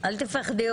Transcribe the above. אל תפחדי,